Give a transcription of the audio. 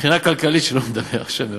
מבחינה כלכלית, שלא נדע, השם ירחם.